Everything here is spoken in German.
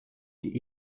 die